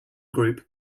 group